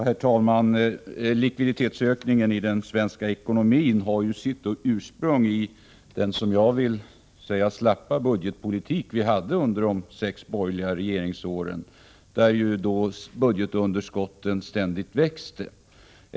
Herr talman! Likviditetsökningen i den svenska ekonomin har sitt ursprung i vad jag vill kalla den slappa budgetpolitik som fördes under de sex borgerliga regeringsåren, då budgetunderskottet ständigt växte.